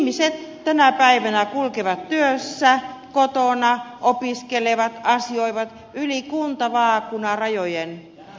ihmiset tänä päivänä kulkevat työssä ovat kotona opiskelevat asioivat yli kuntavaakunarajojen